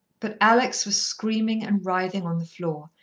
but alex was screaming and writhing on the floor,